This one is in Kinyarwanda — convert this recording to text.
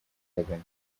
kagame